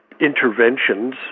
interventions